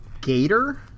Gator